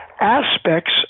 aspects